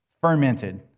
fermented